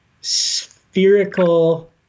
spherical